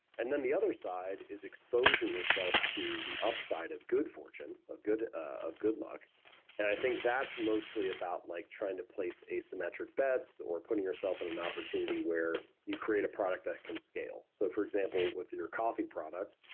and then the other side is exposing yourself to the upside of good fortune, of good of good luck and i think that's mostly about like trying to place asymmetric bets or putting yourself in an opportunity where you create a product that can scale. so for example, with your coffee product,